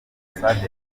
ambasade